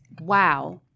Wow